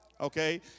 Okay